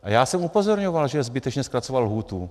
A já jsem upozorňoval, že je zbytečné zkracovat lhůtu.